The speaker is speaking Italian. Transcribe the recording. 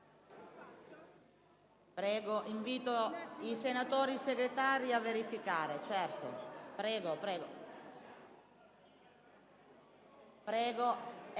per sé, invito i senatori Segretari a verificare.